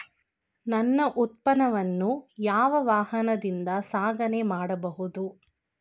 ನನ್ನ ಉತ್ಪನ್ನವನ್ನು ಯಾವ ವಾಹನದಿಂದ ಸಾಗಣೆ ಮಾಡಬಹುದು?